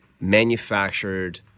manufactured